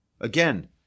Again